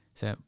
se